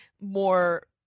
more